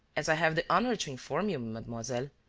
as i have the honour to inform you, mademoiselle,